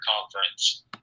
conference